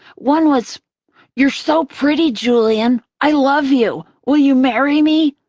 one was you're so pretty, julian! i love you. will you marry me?